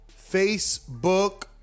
Facebook